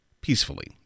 peacefully